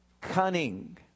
Cunning